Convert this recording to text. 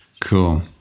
cool